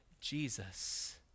Jesus